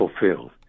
fulfilled